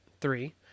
three